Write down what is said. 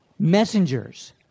Messengers